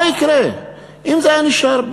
מה יקרה אם זה יישאר?